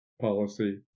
policy